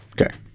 Okay